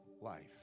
life